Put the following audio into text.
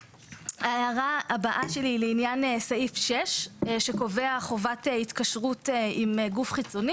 ההערה הבאה שלי היא לעניין סעיף 6 שקובע חובת התקשרות עם גוף חיצוני